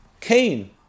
Cain